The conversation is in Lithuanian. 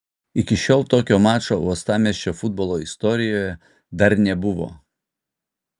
iki šiol tokio mačo uostamiesčio futbolo istorijoje dar nebuvo